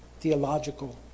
theological